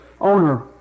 owner